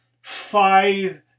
Five